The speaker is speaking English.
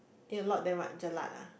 eat a lot then what jelat ah